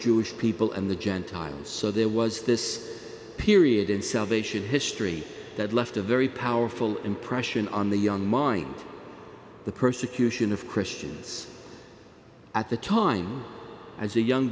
jewish people and the gentiles so there was this period in salvation history that left a very powerful impression on the young mind the persecution of christians at the time as a young